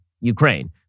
Ukraine